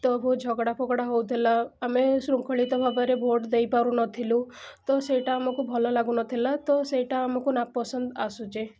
ତ ବହୁତ ଝଗଡ଼ା ଫଗଡ଼ା ହେଉଥିଲା ଆମେ ଶୃଙ୍ଖଳିତ ଭାବରେ ଭୋଟ୍ ଦେଇପାରୁନଥିଲୁ ତ ସେଇଟା ଆମକୁ ଭଲ ଲାଗୁ ନଥିଲା ତ ସେଇଟା ଆମକୁ ନାପସନ୍ଦ ଆସୁଛି